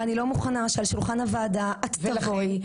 ואני לא מוכנה שעל שולחן הוועדה את תבואי ותעשי את ההצגה הזאת.